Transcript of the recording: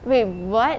wait [what]